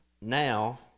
Now